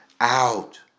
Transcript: out